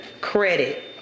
credit